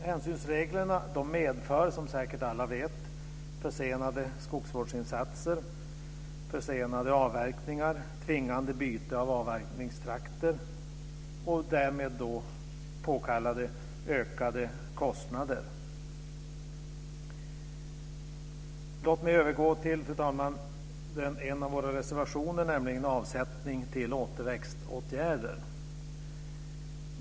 Hänsynsreglerna medför, som säkert alla vet, försenade skogsvårdsinsatser, försenade avverkningar, tvingande byte av avverkningstrakter och därmed påkallade ökade kostnader. Låt mig, fru talman, övergå till en av våra reservationer, nämligen Avsättning till återväxtåtgärder.